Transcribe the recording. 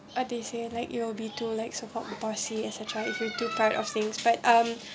what do you say like you'll be to like the support bossy child if you're too tired of things but um